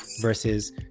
versus